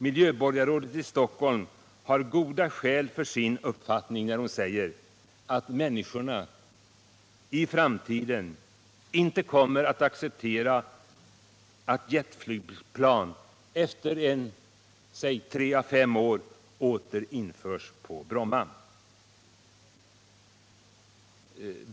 Miljöborgarrådet i Stockholm har goda skäl för sin uppfattning när hon säger att människorna i framtiden inte kommer att acceptera att jetflygplan efter säg tre till fem år åter införs på Bromma.